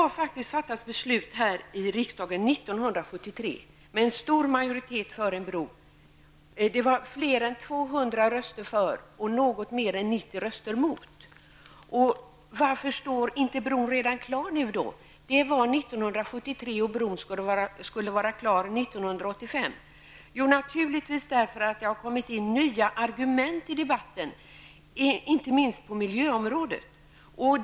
Riksdagen fattade år 1973 beslu med stor majoritet för om en bro. Det var fler än 200 röster för och något mer än 90 röster mot. Varför står nu bron inte redan klar? År 1973 sade man att bron skulle vara klar år 1985. Jo, naturligtvis därför det kommit in nya argument i debatten, inte minst på miljöområdet.